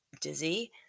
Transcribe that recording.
dizzy